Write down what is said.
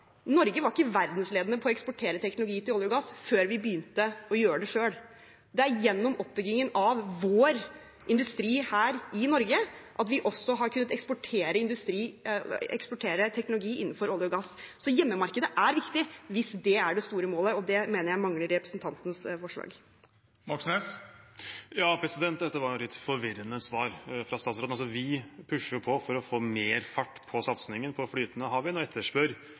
var ikke Norge verdensledende på å eksportere teknologi til olje og gass før vi begynte å gjøre det selv. Det er gjennom oppbyggingen av vår industri her i Norge at vi også har kunnet eksportere teknologi innenfor olje og gass. Så hjemmemarkedet er viktig, hvis det er det store målet, og det mener jeg mangler i representantens forslag. Dette var et litt forvirrende svar fra statsråden. Vi pusher på for å få mer fart på satsingen på flytende havvind og etterspør